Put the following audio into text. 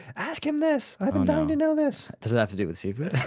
ask him this. i've been dying to know this. does it to do with seafood?